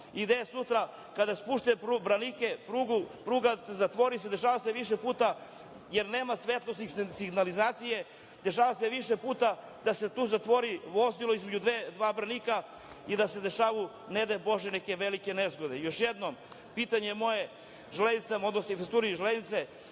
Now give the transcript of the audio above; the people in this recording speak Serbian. i gde sutra kada spuste branike pruga zatvori se, dešava se više puta, jer nema svetlosne signalizacije, dešava se više puta da se tu zatvori vozilo između dva branika i da se dešavaju, ne daj Bože, neke velike nezgode. Još jednom, pitanje moje „Železnicama“, odnosno „Infrastrukturi železnice“